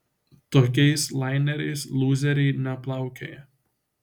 tokiais laineriais lūzeriai neplaukioja